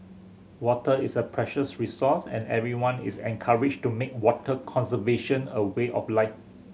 water is a precious resource and everyone is encouraged to make water conservation a way of life